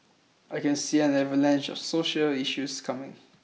I can see an avalanche of social issues coming